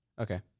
Okay